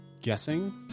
guessing